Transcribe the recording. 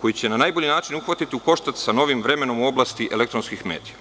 koji će se na najbolji način uhvatiti u koštac sa novim vremenom u oblasti elektronskih medija.